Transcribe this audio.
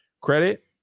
credit